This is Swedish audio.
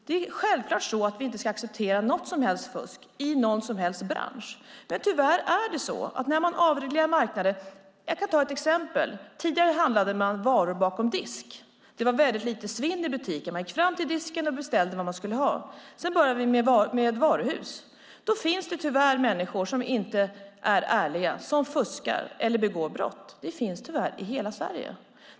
Vi ska självklart inte acceptera något som helst fusk i någon som helst bransch, men tyvärr är det så när man avreglerar. Jag kan ta ett exempel. Tidigare handlade man varor över disk. Det var väldigt lite svinn i butikerna, eftersom man gick fram till disken och beställde vad man skulle ha. Sedan kom varuhusen. Då finns det tyvärr människor som inte är ärliga, som fuskar eller begår brott. Det finns tyvärr i hela Sverige.